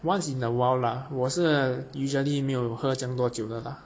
once in awhile lah 我是 usually 没有喝这样多酒的啦